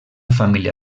família